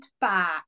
back